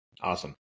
awesome